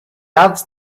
adds